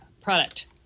product